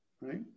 right